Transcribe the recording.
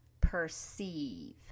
perceive